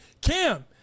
Cam